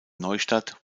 neustadt